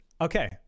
okay